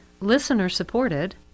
listener-supported